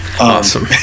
Awesome